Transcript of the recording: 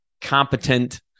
competent